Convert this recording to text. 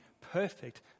perfect